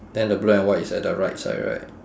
then the blue and white is at the right side right